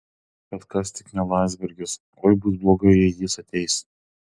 bet kas tik ne landsbergis oi bus blogai jei jis ateis